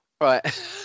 right